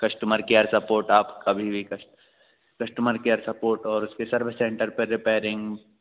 customer care support आप कभी भी कश्ट कश्टमर केयर सपोर्ट और उसके सर्विस सेंटर पर रिपैरिंग